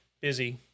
busy